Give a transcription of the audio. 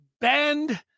bend